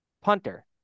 punter